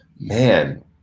man